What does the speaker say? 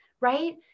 right